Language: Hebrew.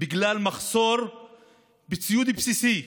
בגלל מחסור בציוד בסיסי,